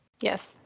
Yes